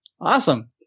Awesome